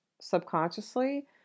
subconsciously